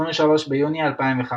23 ביוני 2015